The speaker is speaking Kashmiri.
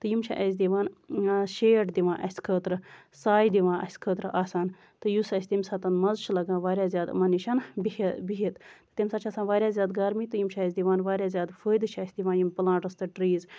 تہٕ یِم چھِ اَسہِ دِوان شیڈ دِوان اَسہِ خٲطرٕ سایہِ دِوان اَسہِ خٲطرٕ آسان تہٕ یُس اَسہِ تَمہِ ساتہٕ مَزٕ چھُ لگان واریاہ زیادٕ یِمَن نِش بِہِتھ تَمہِ ساتہٕ چھِ آسان واریاہ زیادٕ گرمی تہٕ یِم چھِ اَسہِ دِوان واریاہ زیادٕ فٲیدٕ چھِ اَسہِ دِوان یِم پٔلانٹٔس تہٕ ٹریٖز